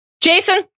Jason